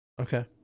Okay